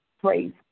Praise